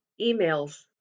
emails